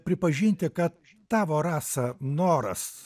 pripažinti kad tavo rasa noras